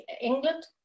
England